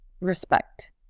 Respect